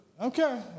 Okay